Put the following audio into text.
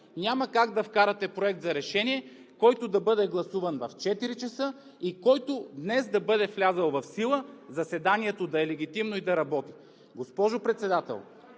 няма как да вкарате проект за решение, който да бъде гласуван в 16,00 ч. и който днес да бъде влязъл в сила, заседанието да е легитимно и да работи? Госпожо Председател,